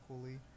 equally